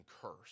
cursed